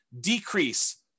decrease